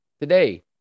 Today